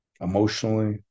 emotionally